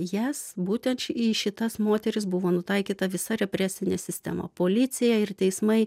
jas būtent į šitas moteris buvo nutaikyta visa represinė sistema policija ir teismai